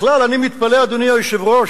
בכלל, אני מתפלא, אדוני היושב-ראש.